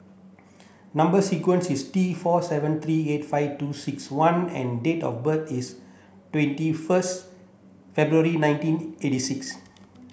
number sequence is T four seven three eight five two six one and date of birth is twenty first February nineteen eighty six